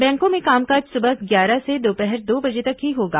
बैंकों में कामकाज सुबह ग्यारह से दोपहर दो बजे तक ही होगा